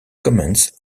comments